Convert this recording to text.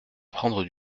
prendre